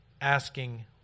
asking